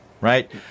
right